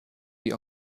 die